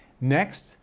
Next